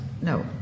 no